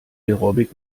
aerobic